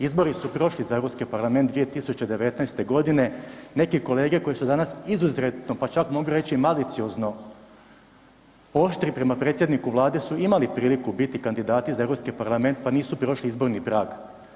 Izbori su prošli za Europski parlament 2019. g., neki kolege koji su danas izuzetno pa čak mogu reći maliciozno oštri prema predsjedniku Vlade su imali priliku biti kandidati za Europski parlament pa nisu prošli izborni prag.